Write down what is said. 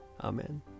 Amen